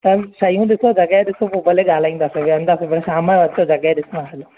सभु शयूं ॾिसो जॻहि ॾिसो पोइ भले ॻाल्हाईंदासीं वेहंदासीं शाम जो अचो जॻहि ॾिसो हा